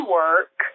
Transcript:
work